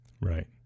Right